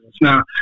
Now